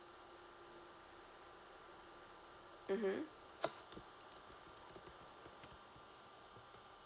mmhmm